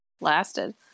lasted